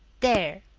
there!